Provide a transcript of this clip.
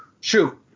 Shoot